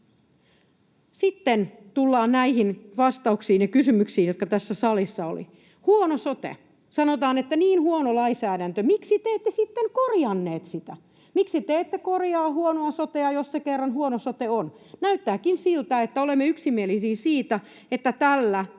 Sitten tullaan näihin vastauksiin ja kysymyksiin, joita täällä salissa oli. Huono sote. Sanotaan, että niin huono lainsäädäntö. Miksi te ette sitten korjanneet sitä? Miksi te ette korjaa huonoa sotea, jos se kerran huono sote on? Näyttääkin siltä, että olemme yksimielisiä siitä, että tällä